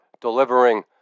delivering